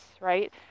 right